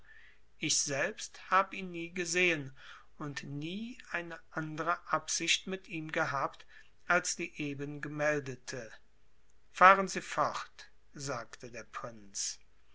ich selbst hab ihn nie gesehen und nie eine andre absicht mit ihm gehabt als die eben gemeldete fahren sie fort sagte der prinz